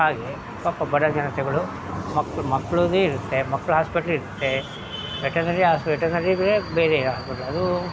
ಹಾಗೆ ಪಾಪ ಬಡ ಜನತೆಗಳು ಮಕ್ಳು ಮಕ್ಳಿಗೆ ಇರುತ್ತೆ ಮಕ್ಳು ಹಾಸ್ಪೆಟ್ಲ್ ಇರುತ್ತೆ ಮೆಟರ್ನರಿ ಆಸ್ಪೆಟಲ್ನಲ್ಲಿದ್ದರೆ ಬೇರೆ ಆಸ್ಪೆಟ್ಲ್ ಅದೂ